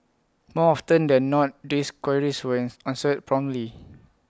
more often than not these queries were as answered promptly